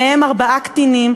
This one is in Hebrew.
מהם ארבעה קטינים,